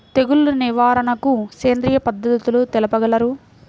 తెగులు నివారణకు సేంద్రియ పద్ధతులు తెలుపగలరు?